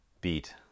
beat